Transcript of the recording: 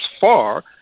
far